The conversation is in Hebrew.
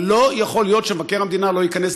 אבל לא יכול להיות שמבקר המדינה לא ייכנס